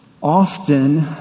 Often